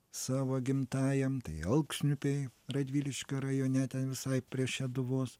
savo gimtajam tai alksniupiai radviliškio rajone visai prie šeduvos